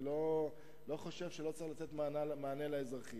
אני לא חושב שלא צריך לתת מענה לאזרחים.